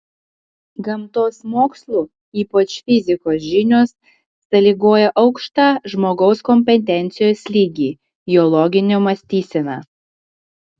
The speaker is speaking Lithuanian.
gamtos mokslų ypač fizikos žinios sąlygoja aukštą žmogaus kompetencijos lygį jo loginę mąstyseną